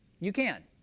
you can.